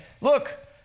look